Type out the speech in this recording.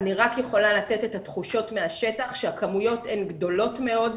אני רק יכולה לתת את התחושות מהשטח שהכמויות הן גדולות מאוד,